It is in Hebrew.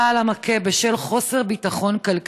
לפעמים אנחנו מוצאות אותן חוזרות אל הבעל המכה בשל חוסר ביטחון כלכלי.